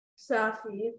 Safi